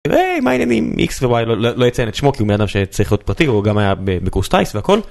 ומה העניינים. xy לא אציין את שמו כי הוא בנאדם שצריך להיות פרטי הוא גם היה בקורס טייס והכל.